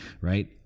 right